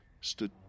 stood